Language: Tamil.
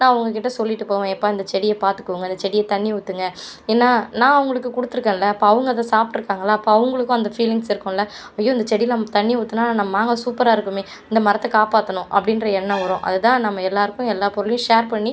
நான் உங்ககிட்ட சொல்லிட்டு போவேன் எப்பா இந்த செடியை பாத்துக்கோங்க அந்த செடியை தண்ணி ஊற்றுங்க ஏன்னால் நான் அவங்களுக்கு கொடுத்துருக்கன்ல அப்போ அவங்க அதை சாப்பிட்ருக்காங்கல அப்போ அவங்களுக்கும் அந்த ஃபீலிங்ஸ் இருக்கும்ல ஐயோ இந்த செடியில் நம்ம தண்ணி ஊத்துனால் அந்த மாங்காய் சூப்பராருக்குமே இந்த மரத்தை காப்பாற்றணும் அப்படின்ற எண்ணம் வரும் அதுதான் நம்ம எல்லோருக்கும் எல்லா பொருளையும் ஷேர் பண்ணி